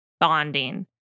bonding